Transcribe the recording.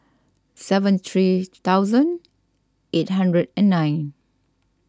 seven three thousand eight hundred and nine